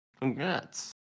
Congrats